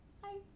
hi